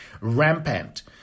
rampant